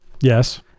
Yes